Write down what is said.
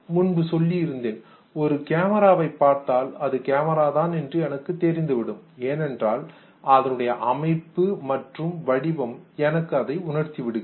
முன்பு சொல்லி இருந்தேன் ஒரு கேமராவை பார்த்தால் அது கேமராதான் என்று எனக்கு தெரிந்து விடும் ஏனென்றால் அதனுடைய அமைப்பு மற்றும் வடிவம் எனக்கு அதை உணர்த்தி விடுகிறது